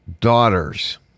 daughters